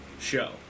show